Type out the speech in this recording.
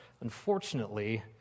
unfortunately